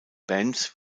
bands